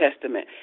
Testament